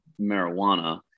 marijuana